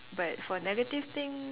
but for negative thing